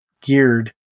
geared